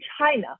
China